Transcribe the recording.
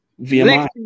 VMI